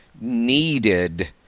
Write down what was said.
needed